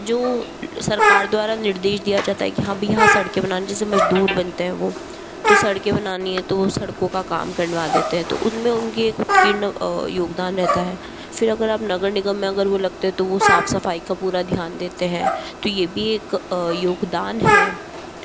जो सरकार द्वारा निर्देश दिया जाता है कि हाँ भई यहाँ सड़क बनानी जैसे मजदूर बनते हैं तो सड़के बनानी है तो सड़कों का काम करवा देते है तो उनमें उनकी एक की योगदान रहता है फिर अगर आप नगर निगम में वो अगर लगते है तो वो साफ सफाई का पूरा ध्यान देते हैं तो ये भी एक योगदान है